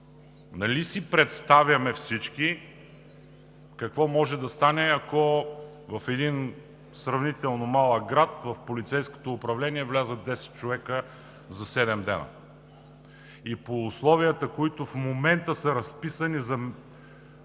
всички си представяме какво може да стане, ако в един сравнително малък град в полицейското управление влязат десет човека за седем дни и по условията, които в момента са разписани –